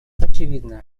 очевидно